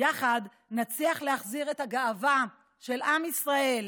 יחד נצליח להחזיר את הגאווה של עם ישראל,